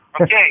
Okay